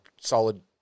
solid